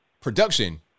production